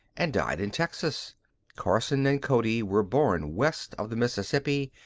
and died in texas carson and cody were born west of the mississippi,